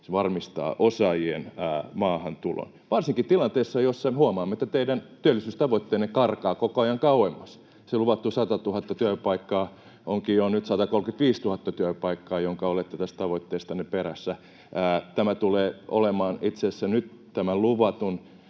varmistaa osaajien maahantulon varsinkin tilanteessa, jossa huomaamme, että teidän työllisyystavoitteenne karkaa koko ajan kauemmas. Se luvattu 100 000 työpaikkaa onkin jo nyt 135 000 työpaikkaa, jonka olette tästä tavoitteestanne perässä. Tämä tulee olemaan itse asiassa nyt tämän luvatun